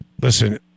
Listen